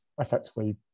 effectively